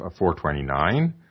429